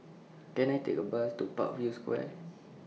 Can I Take A Bus to Parkview Square